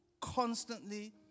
constantly